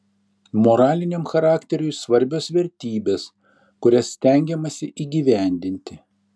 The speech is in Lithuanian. moraliniam charakteriui svarbios vertybės kurias stengiamasi įgyvendinti